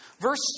Verse